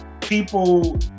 people